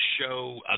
show